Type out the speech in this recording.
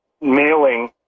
mailing